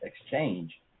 exchange